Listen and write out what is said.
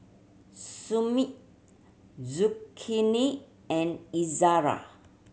and Izara